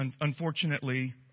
unfortunately